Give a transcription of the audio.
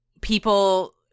people